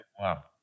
Wow